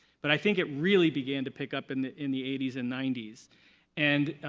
but i think it really began to pick up in the in the eighty s and ninety s. and